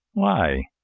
why?